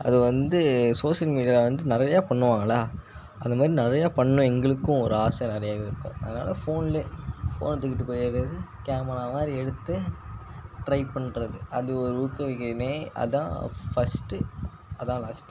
அது வந்து சோஷியல் மீடியாவில வந்து நிறையா பண்ணுவாங்களா அதைமாரி நிறையா பண்ணும் எங்களுக்கும் ஒரு ஆசை நிறையா இருக்கும் அதனால் ஃபோன்ல ஃபோனை தூக்கிட்டு போயிடுறது கேமரா மாதிரி எடுத்து ட்ரை பண்ண அது ஒரு ஊக்குவிக்கறதிலே அதுதான் ஃபஸ்ட்டு அதுதான் லாஸ்ட்டு